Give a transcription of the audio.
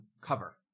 cover